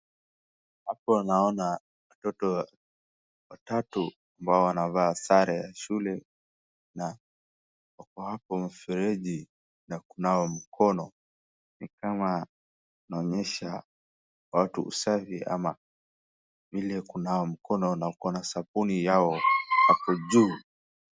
Hapo naona watoto watatu ambao wanavaa sare ya shule na wako hapo mfereji na kunawa mkono. Ni kama inaonyesha watu usafi ama vile ya kunawa mikono na wako na sabuni yao hapo juu.